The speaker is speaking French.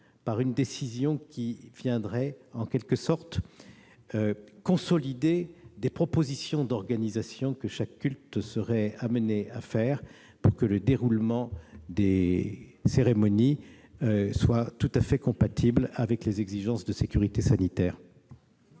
pas d'autorité, mais venant en quelque sorte consolider les propositions d'organisation que chaque culte serait amené à faire de manière que le déroulement des cérémonies soit tout à fait compatible avec les exigences de sécurité sanitaire.